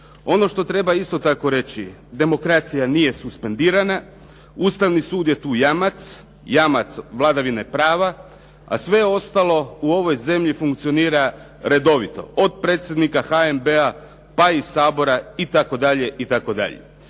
ono što treba isto tako reći, demokracija nije suspendirana, Ustavni sud je tu jamac, jamac vladavine prava, a sve ostalo u ovoj zemlji funkcionira redovito, od predsjednika HNB-a, pa i Sabora itd., itd.